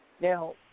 Now